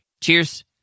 Cheers